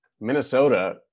Minnesota